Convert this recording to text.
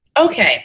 Okay